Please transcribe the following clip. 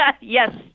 yes